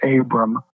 Abram